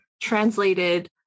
translated